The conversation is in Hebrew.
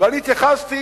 ואני התייחסתי